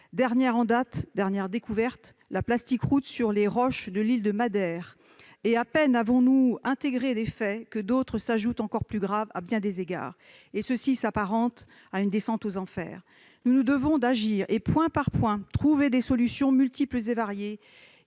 Dernière découverte en date : la « plasticroûte » sur les roches de l'île de Madère. À peine avons-nous intégré les faits que d'autres s'ajoutent, encore plus graves à bien des égards. Cela s'apparente à une descente aux enfers. Nous nous devons d'agir et, point par point, de trouver des solutions multiples et variées